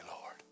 Lord